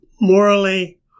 morally